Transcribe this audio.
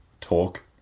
talk